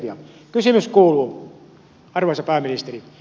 kysymys kuuluu arvoisa pääministeri